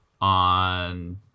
on